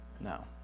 No